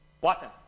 Watson